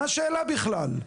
מה השאלה בכלל?